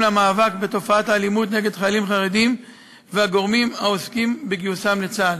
למאבק בתופעת האלימות נגד חיילים חרדים והגורמים העוסקים בגיוסם לצה״ל.